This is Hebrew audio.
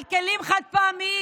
על כלים חד-פעמיים,